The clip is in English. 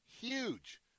huge